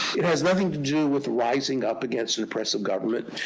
it has nothing to do with rising up against an oppressive government.